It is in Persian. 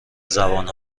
زبان